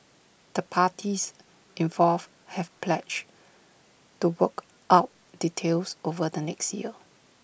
the parties involved have pledged to work out details over the next year